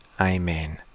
Amen